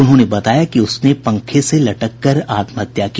उन्होंने बताया कि उसने पंखे से लटकर आत्महत्या की